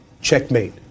checkmate